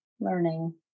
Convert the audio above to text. learning